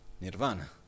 Nirvana